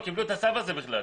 לא, קיבלו את הצו הזה בכלל.